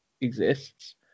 exists